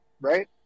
Right